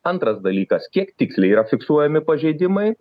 antras dalykas kiek tiksliai yra fiksuojami pažeidimai